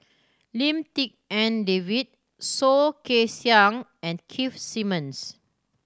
Lim Tik En David Soh Kay Siang and Keith Simmons